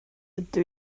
ydw